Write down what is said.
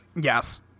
Yes